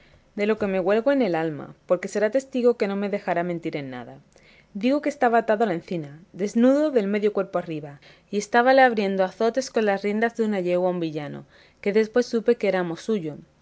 me pareció que las lamentables voces sonaban y hallé atado a una encina a este muchacho que ahora está delante de lo que me huelgo en el alma porque será testigo que no me dejará mentir en nada digo que estaba atado a la encina desnudo del medio cuerpo arriba y estábale abriendo a azotes con las riendas de una yegua un villano que después supe que era amo suyo